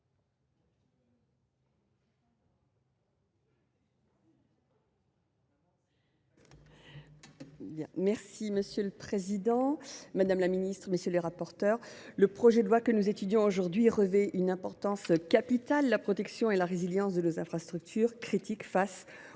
Belrhiti. Monsieur le président, madame la ministre, mes chers collègues, le projet de loi que nous étudions aujourd’hui revêt une importance capitale : la protection et la résilience de nos infrastructures critiques face au renforcement